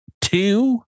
two